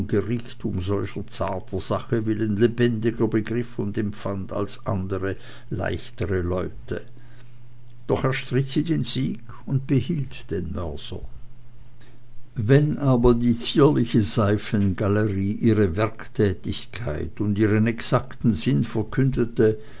um solch zarter sache willen viel lebendiger begriff und empfand als andere leichtere leute doch erstritt sie den sieg und behielt den mörser wenn aber die zierliche seifengalerie ihre werktätigkeit und ihren exakten sinn verkündete